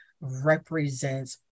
represents